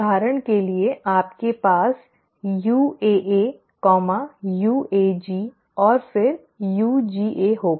उदाहरण के लिए आपके पास UAA UAG और फिर UGA होगा